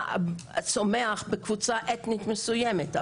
צומח בקבוצה אתנית מסויימת,